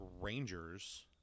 Rangers